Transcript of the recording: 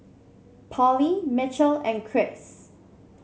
Pollie Michel and Chris